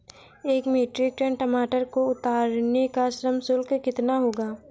एक metric ton टमाटर को उतारने का श्रम शुल्क कितना होगा?